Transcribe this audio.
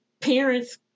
parents